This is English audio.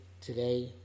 today